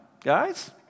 guys